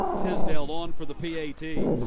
tisdale on for the p a t.